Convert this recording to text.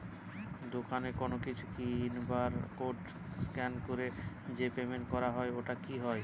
দোকানে কোনো কিছু কিনে বার কোড স্ক্যান করে যে পেমেন্ট টা হয় ওইটাও কি হয়?